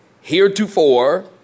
heretofore